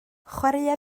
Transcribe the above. chwaraea